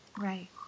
Right